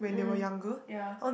mm yeah